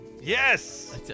yes